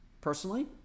Personally